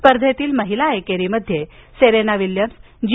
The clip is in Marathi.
स्पर्धेतील महिला एकेरीमध्ये सेरेना विल्यम्स जी